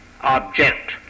object